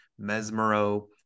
Mesmero